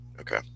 Okay